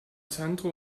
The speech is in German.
sandro